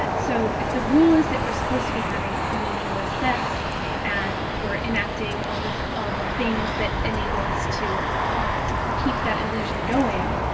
so if the rule is that we're supposed to be having meaningless sex and we're enacting all the all the things that enable us to um keep that illusion going,